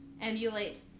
Emulate